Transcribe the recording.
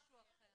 זה משהו אחר.